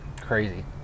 crazy